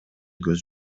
көз